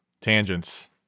tangents